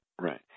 Right